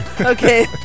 Okay